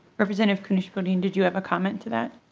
representative kunesh-podein did you have a comment to that?